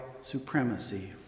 supremacy